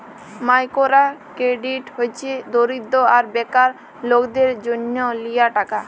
micro credit হছে দরিদ্য আর বেকার লকদের জ্যনহ লিয়া টাকা